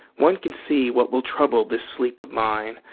one can see what will trouble this sleep of mine,